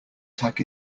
tack